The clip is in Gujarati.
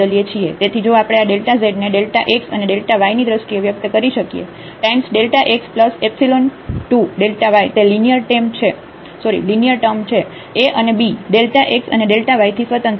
તેથી જો આપણે આ zને x અનેy ની દ્રષ્ટિએ વ્યક્ત કરી શકીએ ટાઇમ્સ x 2y તે લિનિયર ટૅમ છે a અને b x અને yથી સ્વતંત્ર છે